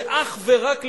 ואך ורק ללימודים.